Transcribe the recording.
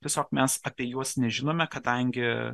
tiesiog mes apie juos nežinome kadangi